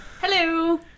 Hello